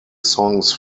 songs